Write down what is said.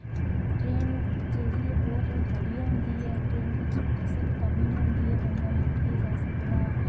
train जेह्ड़ी ऐ ओह् बढ़िया होंदी ऐ ट्रेनें च सीटें दी कमीं निं होंदी ऐ ते बंदा लेटियै जाई सकदा ऐ